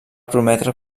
prometre